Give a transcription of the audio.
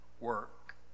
work